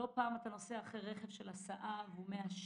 לא פעם אתה נוסע אחרי רכב של הסעה שמעשן